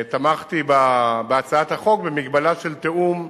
תמכתי בהצעת החוק במגבלה של תיאום,